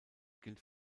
gilt